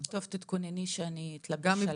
טוב, תתכונני שאני אתלבש עלייך.